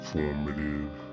formative